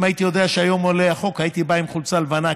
אם הייתי יודע שהיום עולה החוק הייתי בא עם חולצה לבנה,